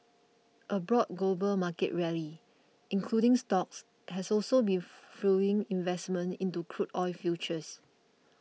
a broad global market rally including stocks has also been fuelling investment into crude oil futures